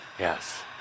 Yes